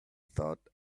thought